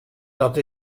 dat